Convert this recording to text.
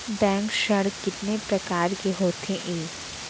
Bank ऋण कितने परकार के होथे ए?